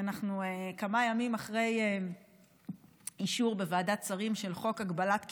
אנחנו כמה ימים אחרי אישור בוועדת שרים של חוק הגבלת כהונה,